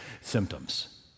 symptoms